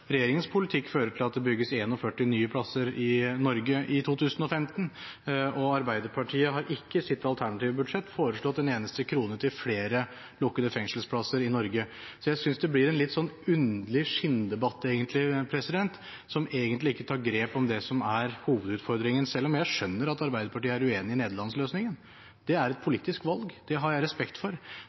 Regjeringens politikk fører til at det bygges 41 nye plasser i Norge i 2015, og Arbeiderpartiet har ikke i sitt alternative budsjett foreslått en eneste krone til flere lukkede fengselsplasser i Norge. Jeg synes det egentlig blir en litt underlig skinndebatt, som egentlig ikke tar grep om det som er hovedutfordringen, selv om jeg skjønner at Arbeiderpartiet er uenig i Nederland-løsningen. Det er et politisk valg, og det har jeg respekt for,